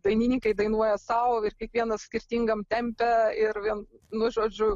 dainininkai dainuoja sau ir kiekvienas skirtingam tempe ir vien nu žodžiu